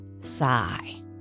sigh